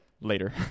Later